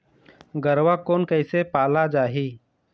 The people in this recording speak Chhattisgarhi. गरवा कोन कइसे पाला जाही?